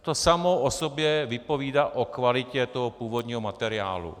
To samo o sobě vypovídá o kvalitě toho původního materiálu.